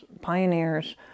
pioneers